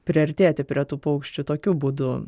priartėti prie tų paukščių tokiu būdu